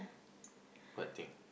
what thing